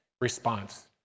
response